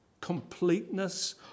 completeness